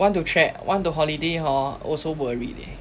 want to tra~ want to holiday hor also worry leh